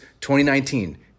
2019